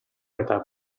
eta